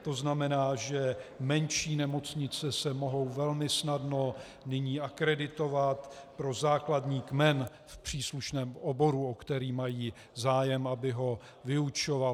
To znamená, že menší nemocnice se mohou velmi snadno nyní akreditovat pro základní kmen v příslušném oboru, o který mají zájem, aby ho vyučovaly.